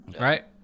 right